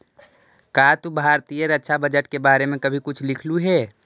का तू भारतीय रक्षा बजट के बारे में कभी कुछ लिखलु हे